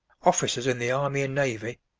officers in the army and navy,